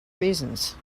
reasons